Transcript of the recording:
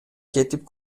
кетип